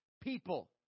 people